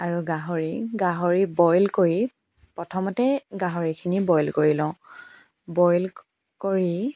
আৰু গাহৰি গাহৰি বইল কৰি প্ৰথমতে গাহৰিখিনি বইল কৰি লওঁ বইল কৰি